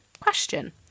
question